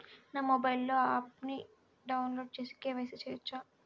నా మొబైల్లో ఆప్ను డౌన్లోడ్ చేసి కే.వై.సి చేయచ్చా?